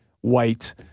white